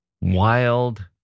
wild